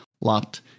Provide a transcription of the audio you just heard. locked